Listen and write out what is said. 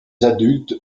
adultes